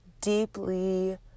deeply